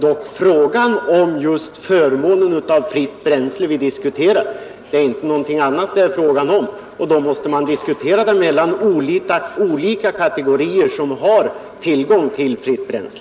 Det är dock just förmånen av fritt bränsle vi diskuterar och ingenting annat, och då måste man jämföra olika kategorier som har tillgång till fritt bränsle.